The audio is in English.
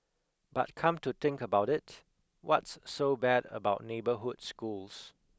but come to think about it what's so bad about neighbourhood schools